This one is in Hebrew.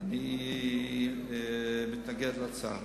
אני מתנגד להצעה.